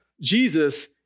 Jesus